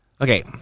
Okay